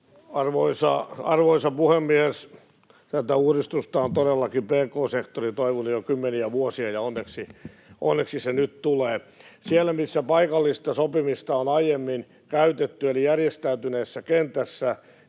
Arvoisa puhemies! Tätä uudistusta on todellakin pk-sektori toivonut jo kymmeniä vuosia, ja onneksi se nyt tulee. Siellä, missä paikallista sopimista on aiemmin käytetty eli järjestäytyneessä kentässä,